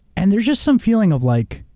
and there's just some feeling of like,